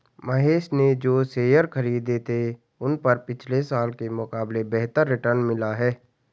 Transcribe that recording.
महेश ने जो शेयर खरीदे थे उन पर पिछले साल के मुकाबले बेहतर रिटर्न मिला है